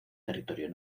territorio